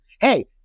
Hey